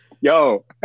Yo